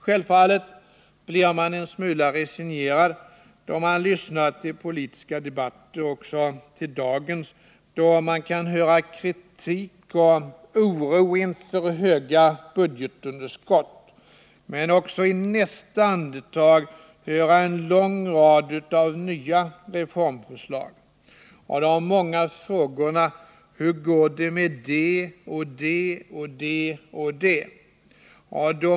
Självfallet blir man en smula resignerad då man lyssnar till politiska debatter — också dagens — då man kan höra kritik och oro inför höga budgetunderskott men också i nästa andetag en lång rad av nya reformförslag och de många frågorna: Hur går det med det och det och det?